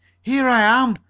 here i am!